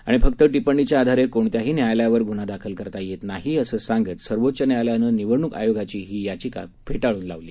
आणि फक्त टिप्पणीच्या आधारे कोणत्याही न्यायालयावर गुन्हा दाखल करता येत नाही असं सांगत सर्वोच्च न्यायालयानं निवडणूक आयोगाची ही याचिका फेटाळून लावली